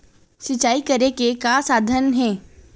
सिंचाई करे के का साधन हे?